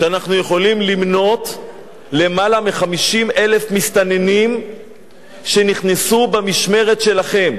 כשאנחנו יכולים למנות יותר מ-50,000 מסתננים שנכנסו במשמרת שלכם.